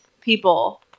people